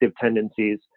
tendencies